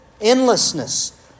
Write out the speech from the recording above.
Endlessness